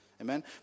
Amen